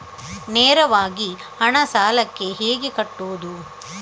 ನೇರವಾಗಿ ಹಣ ಸಾಲಕ್ಕೆ ಹೇಗೆ ಕಟ್ಟುವುದು?